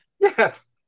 Yes